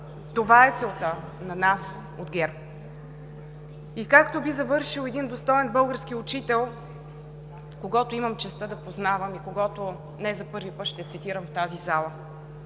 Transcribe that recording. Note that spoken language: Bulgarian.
Това е целта на нас от ГЕРБ! И както би завършил един достоен български учител, когото имам честта да познавам и когото не за първи път ще цитирам в тази зала: